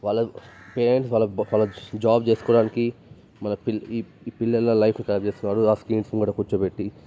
వాళ్ళ పేరెంట్స్ వాళ్ళ జాబ్ చేసుకోవడానికి మన పిల్ల ఈ పిల్లల లైఫ్ని ఖరాబ్ చేస్తున్నారు ఆ స్క్రీన్స్ ముందర కూర్చోబెట్టి